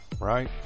right